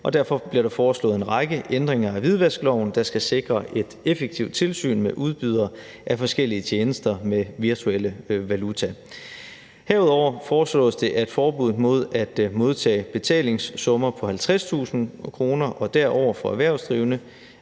derfor bliver der foreslået en række ændringer af hvidvaskloven, der skal sikre et effektivt tilsyn med udbydere af forskellige tjenester med virtuel valuta. Herudover foreslås det, at forbuddet mod at modtage betalingssummer på 50.000 kr. og derover for erhvervsdrivende,